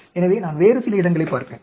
எனவே நான் வேறு சில இடங்களைப் பார்ப்பேன்